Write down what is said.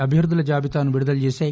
అభ్యర్థుల జాబితాను విడుదల చేసాయి